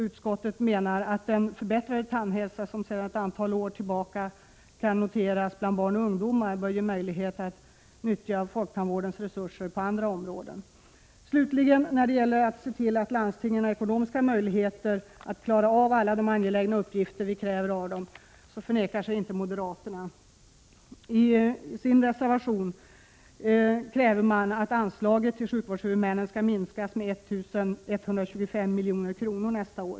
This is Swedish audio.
Utskottet menar att den förbättrade tandhälsan som sedan ett antal år tillbaka kan noteras bland barn och ungdomar bör kunna ge möjlighet att utnyttja folktandvårdens resurser på andra områden. Slutligen vill jag säga att moderaterna inte förnekar sig när det gäller att se till att landstingen får ekonomiska möjligheter att klara av alla de angelägna uppgifter vi kräver av dem. Moderaterna vill i sin reservation att anslaget till sjukvårdshuvudmännen skall minskas med 1 125 milj.kr. nästa år.